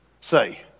say